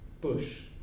Bush